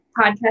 podcast